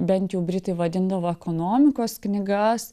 bent jau britai vadindavo ekonomikos knygas